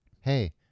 Hey